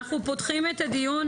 אנחנו פותחים את הדיון.